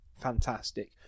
fantastic